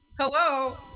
hello